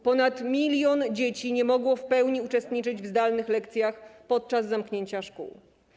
Ponad milion dzieci nie mogło w pełni uczestniczyć w zdalnych lekcjach podczas zamknięcia szkół.